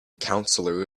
counselor